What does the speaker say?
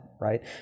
right